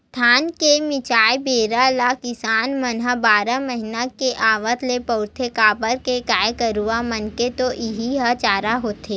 धान के मिंजाय पेरा ल किसान मन ह बारह महिना के आवत ले पुरोथे काबर के गाय गरूवा मन के तो इहीं ह चारा होथे